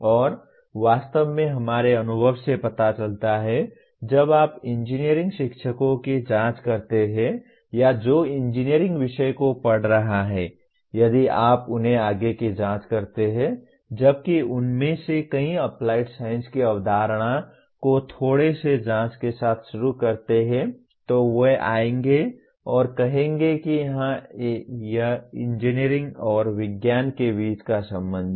और वास्तव में हमारे अनुभव से पता चलता है जब आप इंजीनियरिंग शिक्षकों की जांच करते हैं या जो इंजीनियरिंग विषयों को पढ़ा रहे हैं यदि आप उन्हें आगे की जांच करते हैं जबकि उनमें से कई एप्लाइड साइंस की अवधारणा को थोड़े से जांच के साथ शुरू करते हैं तो वे आएंगे और कहेंगे कि हाँ यह इंजीनियरिंग और विज्ञान के बीच का संबंध है